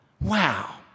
Wow